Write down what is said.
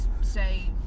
say